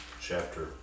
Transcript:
chapter